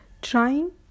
trying